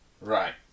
Right